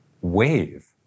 wave